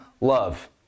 love